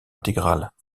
intégrales